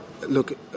look